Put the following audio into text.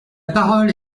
parole